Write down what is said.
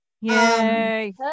Yay